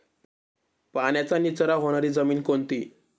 पाण्याचा निचरा होणारी जमीन कोणती?